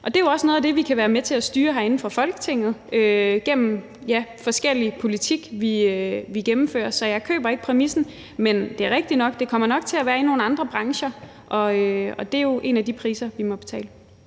og det er også noget af det, vi kan være med til at styre herinde fra Folketinget gennem den politik, vi gennemfører – så jeg køber ikke præmissen. Men det er rigtigt, at det nok kommer til at være i nogle andre brancher, og det er jo en af de priser, vi må betale.